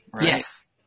Yes